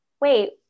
Wait